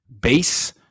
Base